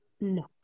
No